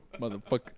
Motherfucker